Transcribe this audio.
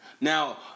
Now